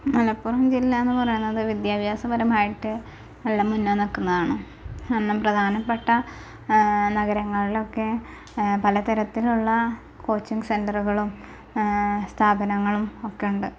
മലപ്പുറം ജില്ല എന്ന് പറയുന്നത് വിദ്യാഭ്യാസപരമായിട്ട് വളരെ മുന്നിൽ നിൽക്കുന്നതാണ് കാരണം പ്രധാനപ്പെട്ട നഗരങ്ങളിലൊക്കെ പല തരത്തിലുള്ള കോച്ചിങ് സെൻ്ററുകളും സ്ഥാപനങ്ങളും ഒക്കെ ഉണ്ട്